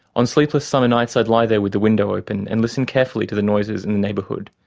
on sleepless summer nights, i'd lie there with the window open, and listen carefully to the noises in the neighbourhood.